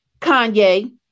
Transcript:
Kanye